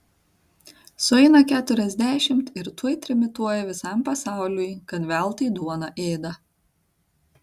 sueina keturiasdešimt ir tuoj trimituoja visam pasauliui kad veltui duoną ėda